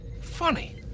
Funny